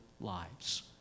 lives